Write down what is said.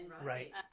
Right